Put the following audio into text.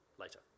later